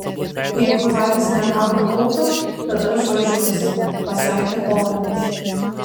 jeigu haris negauna auto tada aš ruošiuosi pasakė ovenas